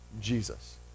Jesus